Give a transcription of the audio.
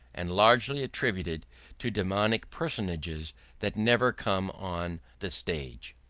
and largely attributed to daemonic personages that never come on the stage.